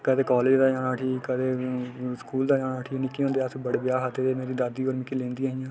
कदें कालेज दा जाना उठी कदें स्कूल दा जाना उठी निक्के होंदे असें बड़े ब्याह् खाद्दे दे मेरी दादी होर मिकी लेंदियां हां